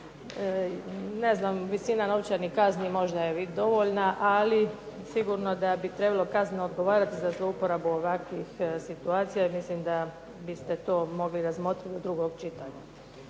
ne znam, visina novčanih kazni može biti dovoljna, ali sigurno da bi trebalo kazneno odgovarati za zlouporabu ovakvih situacija. I mislim da biste to mogli razmotriti u drugom čitanju.